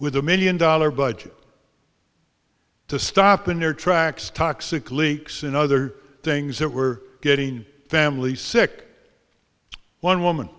with a million dollar budget to stop in their tracks toxic leaks and other things that were getting family sick one woman